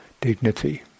dignity